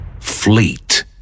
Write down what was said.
Fleet